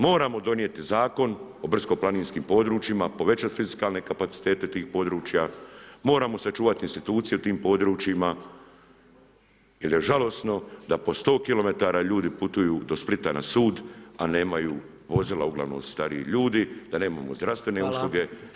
Moramo donijeti Zakon o brdsko-planinskim područjima, povećati fizikalne kapacitete tih područja, moramo sačuvati institucije u tim područjima jer je žalosno da po sto kilometara ljudi putuju do Splita na sud, a nemaju vozila, uglavnom su stariji ljudi, da nemamo zdravstvene usluge.